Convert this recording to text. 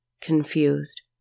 confused